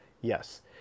Yes